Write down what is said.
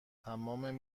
تمام